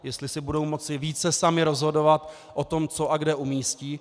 Jestli si budou moci více samy rozhodovat o tom, co a kde umístí.